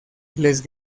les